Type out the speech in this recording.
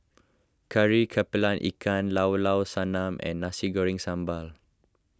Kari Kepala Ikan Llao Llao Sanum and Nasi Goreng Sambal